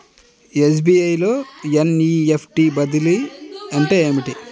SBI లో NEFT బదిలీ అంటే ఏమిటి?